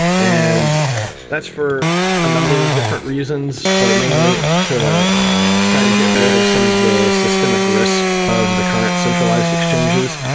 and that's for a number of different reasons, but mainly to try to get rid of some of the systemic risk of the current centralized exchanges.